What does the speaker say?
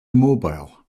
immobile